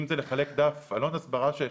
אם זה לחלק עלון הסברה שהכנו,